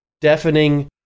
Deafening